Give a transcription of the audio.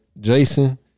Jason